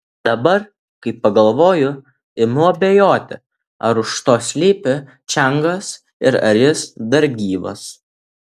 dabar kai pagalvoju imu abejoti ar už to slypi čiangas ir ar jis dar gyvas